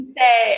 say